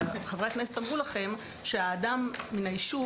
אבל חברי הכנסת אמרו לכם שהאדם מן הישוב